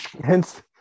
hence